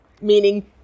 meaning